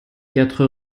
quatre